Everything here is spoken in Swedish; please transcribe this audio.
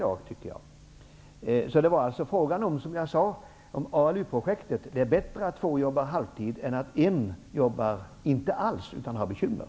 Det är alltså fråga om ALU-projektet. Det är bättre att två jobbar halvtid än att en inte jobbar alls utan har bekymmer.